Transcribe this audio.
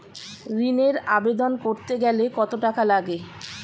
ঋণের আবেদন করতে গেলে কত টাকা লাগে?